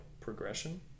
progression